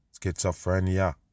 schizophrenia